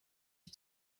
bis